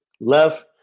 left